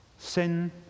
Sin